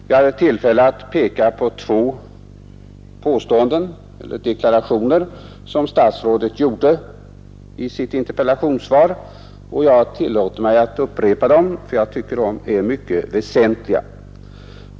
Jag hade tillfälle att peka på två deklarationer som statsrådet gjorde i sitt interpellationssvar och jag tillåter mig att upprepa dem; jag tycker nämligen de är mycket väsentliga.